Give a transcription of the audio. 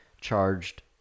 charged